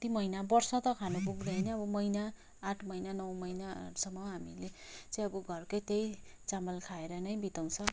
कति महिना वर्ष त खानु पुग्दैन अब महिना आठ महिना नौ महिनाहरूसम्म हामीले चाहिँ अब घरको त्यही चामल खाएर नै बिताउँछ